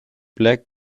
black